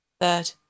Third